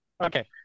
Okay